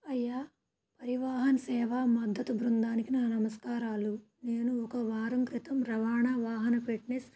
అయ్యా పరివాహన సేవా మద్దతు బృందానికి నా నమస్కారాలు నేను ఒక వారం క్రితం రవాణా వాహన పెట్నెస్